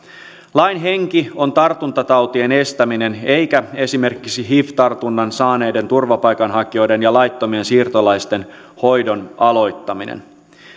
lain henki on tartuntatautien estäminen eikä esimerkiksi hiv tartunnan saaneiden turvapaikanhakijoiden ja laittomien siirtolaisten hoidon aloittaminen